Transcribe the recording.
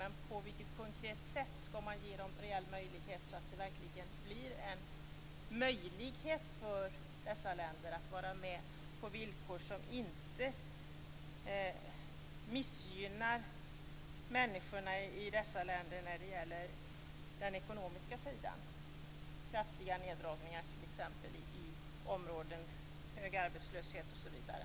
Men på vilket sätt skall man ge dem reell möjlighet, så att dessa länder verkligen kan vara med och att det blir villkor som inte missgynnar människorna i dessa länder när det gäller ekonomin? Jag tänker t.ex. på kraftiga neddragningar i områden med hög arbetslöshet.